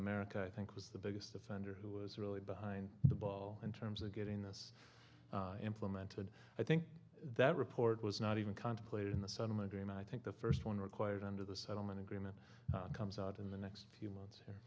america i think was the biggest offender who was really behind the ball in terms of getting this implemented i think that report was not even contemplated in the sun in my dream i think the first one required under the settlement agreement comes out in the next